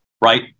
right